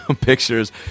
pictures